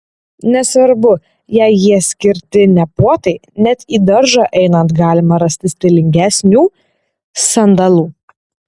nesvarbu jei jie skirti ne puotai net į daržą einant galima rasti stilingesnių sandalų